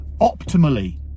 optimally